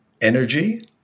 energy